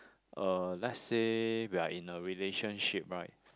uh let's say we are in a relationship right